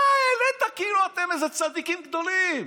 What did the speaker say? אתה העלית, כאילו אתם איזה צדיקים גדולים.